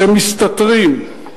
אתם מסתתרים,